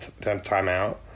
timeout